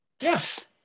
Yes